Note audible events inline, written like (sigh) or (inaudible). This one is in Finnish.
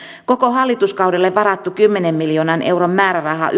koko hallituskaudelle varattu kymmenen miljoonan euron määräraha (unintelligible)